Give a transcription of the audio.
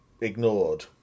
ignored